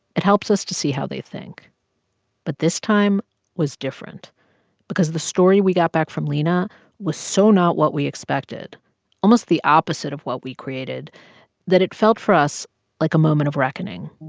it helps us to see how they think but this time was different because the story we got back from lina was so not what we expected almost the opposite of what we created that it felt for us like a moment of reckoning.